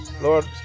Lord